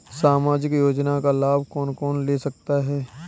सामाजिक योजना का लाभ कौन कौन ले सकता है?